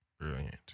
Brilliant